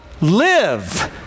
live